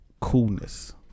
coolness